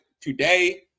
today